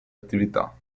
attività